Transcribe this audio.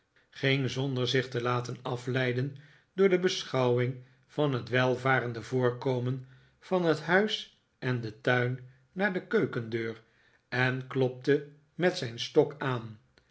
ging zonder zich te laten afleiden door de beschouwing van het welvarende voorkomen van het huis en den tuin naar de keukendeur en klopte met zijn stok aan